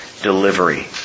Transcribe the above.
delivery